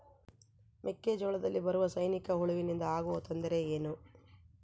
ಮೆಕ್ಕೆಜೋಳದಲ್ಲಿ ಬರುವ ಸೈನಿಕಹುಳುವಿನಿಂದ ಆಗುವ ತೊಂದರೆ ಏನು?